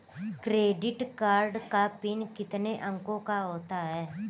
Credit card का PIN कितने अंकों का होता है?